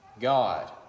God